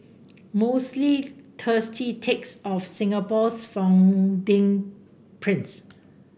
mostly thirsty takes of Singapore's founding prince